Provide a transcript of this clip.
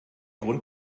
grund